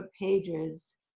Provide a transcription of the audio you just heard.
pages